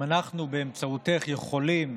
אם אנחנו באמצעותך יכולים